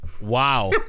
Wow